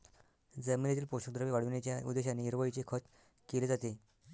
जमिनीतील पोषक द्रव्ये वाढविण्याच्या उद्देशाने हिरवळीचे खत केले जाते